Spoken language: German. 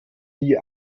nie